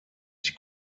die